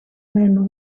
man